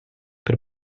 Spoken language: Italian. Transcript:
per